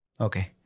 okay